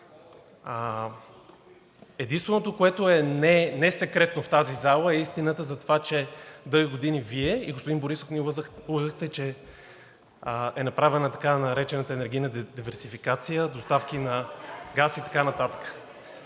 единственото, което е несекретно в тази зала, е истината за това, че дълги години Вие и господин Борисов ни лъгахте, че е направена така наречената енергийна диверсификация, доставки на газ и така нататък.